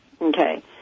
Okay